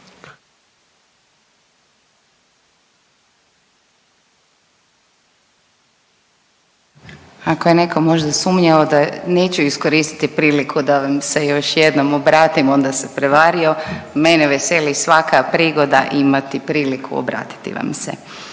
Ako je neko možda sumnjao da neću iskoristiti priliku da vam se još jednom obratim onda se prevario. Mene veseli svaka prigoda imati priliku obratiti vam se.